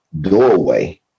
doorway